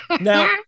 now